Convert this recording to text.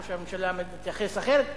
ראש הממשלה מתייחס אחרת,